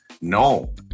No